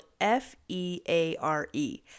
F-E-A-R-E